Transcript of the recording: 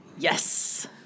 Yes